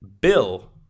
Bill